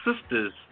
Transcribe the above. sisters